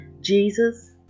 Jesus